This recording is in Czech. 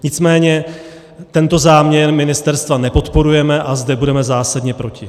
Nicméně tento záměr ministerstva nepodporujeme a zde budeme zásadně proti.